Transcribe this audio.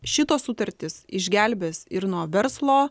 šitos sutartys išgelbės ir nuo verslo